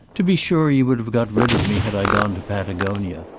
to be sure you would have got rid of me had i gone to patagonia.